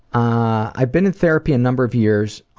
i'd been in therapy a number of years,